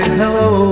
hello